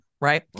Right